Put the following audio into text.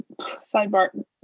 sidebar